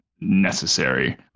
necessary